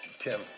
Tim